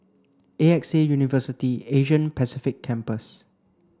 A X A University Asia Pacific Campus